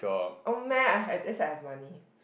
oh man I had that's why I have money